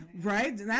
right